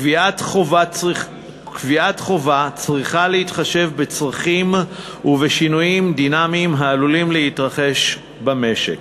קביעת חובה צריכה להתחשב בצרכים ובשינויים דינמיים העלולים להתרחש במשק